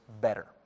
better